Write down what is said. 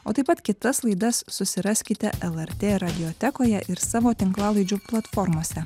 o taip pat kitas laidas susiraskite lrt radiotekoje ir savo tinklalaidžių platformose